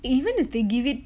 even if they give it